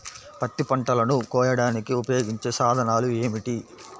పత్తి పంటలను కోయడానికి ఉపయోగించే సాధనాలు ఏమిటీ?